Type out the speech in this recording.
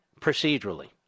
procedurally